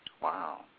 Wow